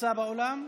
נמצא באולם?